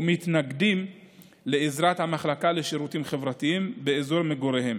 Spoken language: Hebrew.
מתנגדים לעזרת המחלקה לשירותים חברתיים באזור מגוריהם.